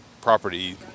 property